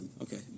okay